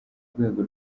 rwego